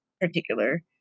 particular